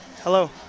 Hello